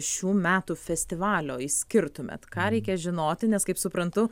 šių metų festivalio išskirtumėt ką reikia žinoti nes kaip suprantu